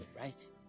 Right